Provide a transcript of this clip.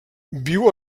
viu